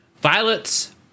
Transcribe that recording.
Violets